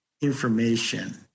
Information